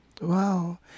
Wow